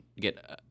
get